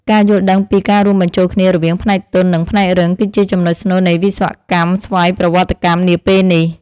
ការយល់ដឹងពីការរួមបញ្ចូលគ្នារវាងផ្នែកទន់និងផ្នែករឹង គឺជាចំនុចស្នូលនៃវិស្វកម្មស្វ័យប្រវត្តិកម្មនាពេលនេះ។